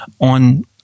on